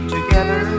Together